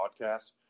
podcasts